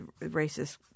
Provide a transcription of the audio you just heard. racist